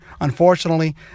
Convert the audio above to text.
unfortunately